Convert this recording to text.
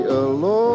alone